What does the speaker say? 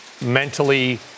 mentally